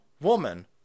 woman